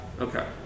Okay